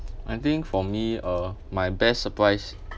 I think for me uh my best surprise